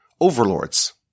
overlords